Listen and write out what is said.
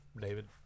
David